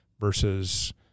versus